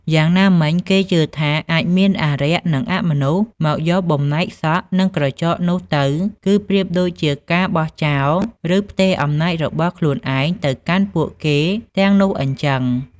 យ៉ាងណាមិញ គេជឿថាអាចមានអារក្ស និងអមនុស្សមកយកបំណែកសក់ និងក្រចកនោះទៅ គឺប្រៀបដូចជាការបោះចោល ឬផ្ទេរអំណាចរបស់ខ្លួនឯង ទៅកាន់ពួកគេទាំងនោះអញ្ចឹង។